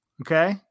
Okay